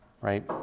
right